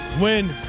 win